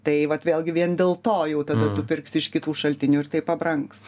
tai vat vėlgi vien dėl to jau tada tu pirksi iš kitų šaltinių ir tai pabrangs